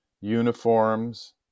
uniforms